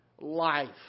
life